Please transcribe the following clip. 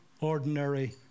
ordinary